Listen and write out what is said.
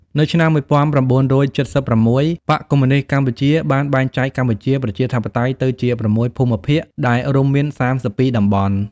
នៅឆ្នាំ១៩៧៦ បក្សកុម្មុយនីស្តកម្ពុជាបានបែងចែកកម្ពុជាប្រជាធិបតេយ្យទៅជា៦ភូមិភាគ ដែលរួមមាន ៣២តំបន់។